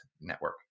Network